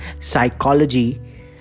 psychology